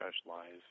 specialize